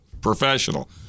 professional